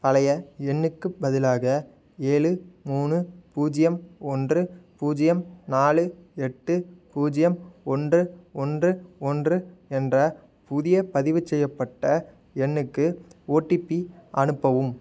பழைய எண்ணுக்குப் பதிலாக ஏலு மூணு பூஜ்ஜியம் ஒன்று பூஜ்ஜியம் நாலு எட்டு பூஜ்ஜியம் ஒன்று ஒன்று ஒன்று என்ற புதிய பதிவுச்செய்யப்பட்ட எண்ணுக்கு ஓடிபி அனுப்பவும்